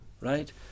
right